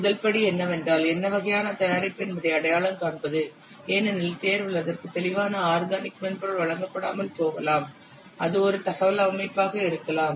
முதல் படி என்னவென்றால் என்ன வகையான தயாரிப்பு என்பதை அடையாளம் காண்பது ஏனெனில் தேர்வில் அதற்கு தெளிவாக ஆர்கனிக் மென்பொருள் வழங்கப்படாமல் போகலாம் அது ஒரு தகவல் அமைப்பாக இருக்கலாம்